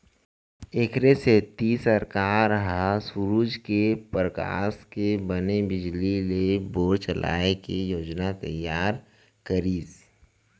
एखरे सेती सरकार ह सूरूज के परकास के बने बिजली ले बोर चलाए के योजना तइयार करिस